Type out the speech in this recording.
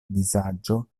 vizaĝo